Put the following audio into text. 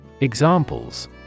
Examples